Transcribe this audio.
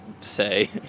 say